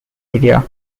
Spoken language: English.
area